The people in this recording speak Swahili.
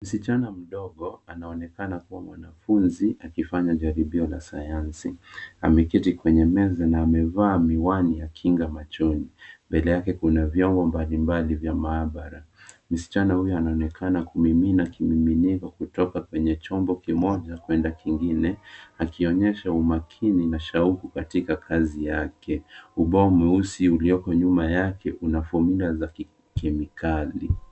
Msichana mdogo anaonekana kuwa mwanafunzi akifanya jaribio la sayansi. Ameketi kwenye meza na amevaa miwani ya kinga machoni. Mbele yake kuna vyombo mbalimbali vya maabara. Msichana huyo anaonekana kumimina kimiminiko kutoka kwenye chombo kimoja kwenda kingine, akionyesha umakini na shauku katika kazi yake. Ubao mweusi ulioko nyuma yake una fomyula za kemikali.